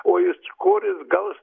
o iš kur jis gaus